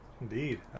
indeed